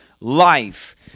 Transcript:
life